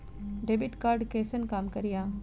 Debit card कैसन काम करेया?